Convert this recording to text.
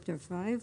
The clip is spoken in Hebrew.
chapter 5.)